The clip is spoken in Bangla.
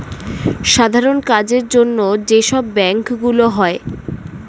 সাধারণ কাজের জন্য যে সব ব্যাংক গুলো হয়